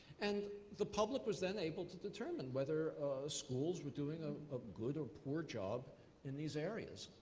and the public was then able to determine whether schools were doing ah a good or poor job in these areas.